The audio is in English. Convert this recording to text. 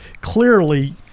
clearly –